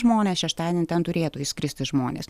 žmonės šeštadienį ten turėtų išskristi žmonės